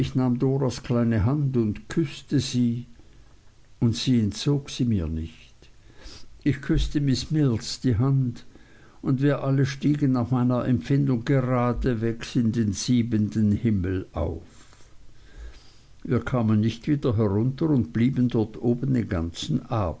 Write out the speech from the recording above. kleine hand und küßte sie und sie entzog sie mir nicht ich küßte miß mills die hand und wir alle stiegen nach meiner empfindung geradenwegs in den siebenten himmel auf wir kamen nicht wieder herunter und blieben dort oben den ganzen